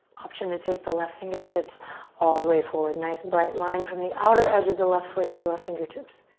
option to take the left fingertips all the way forward. nice bright line from the outer edge of the left foot to the left fingertips.